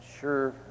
sure